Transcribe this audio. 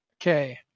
Okay